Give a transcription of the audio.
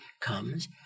comes